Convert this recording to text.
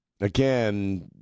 Again